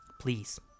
please